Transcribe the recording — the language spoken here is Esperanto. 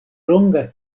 longa